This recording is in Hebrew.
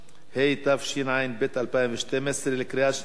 התשע"ב 2012, לקריאה שנייה ושלישית.